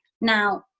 now